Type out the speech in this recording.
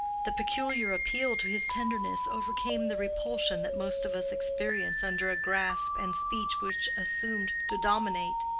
the peculiar appeal to his tenderness overcame the repulsion that most of us experience under a grasp and speech which assumed to dominate.